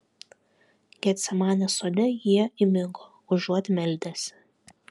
getsemanės sode jie įmigo užuot meldęsi